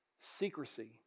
secrecy